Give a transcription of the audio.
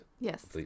Yes